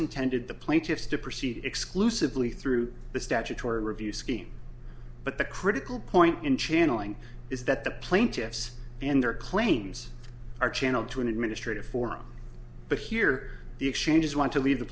intended the plaintiffs to proceed exclusively through the statutory review scheme but the critical point in channeling is that the plaintiffs and their claims are channeled to an administrative form but here the exchanges want to leave the